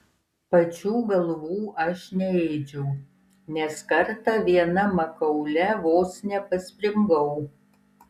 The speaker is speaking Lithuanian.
pačių galvų aš neėdžiau nes kartą viena makaule vos nepaspringau